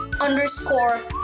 underscore